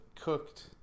cooked